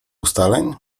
ustaleń